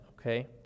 Okay